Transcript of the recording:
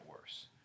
worse